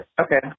Okay